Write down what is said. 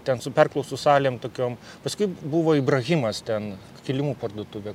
ten su perklausų salėm tokiom paskui buvo ibrahimas ten kilimų parduotuvė